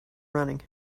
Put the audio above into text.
running